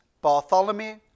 Bartholomew